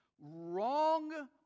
wrong